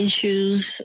Issues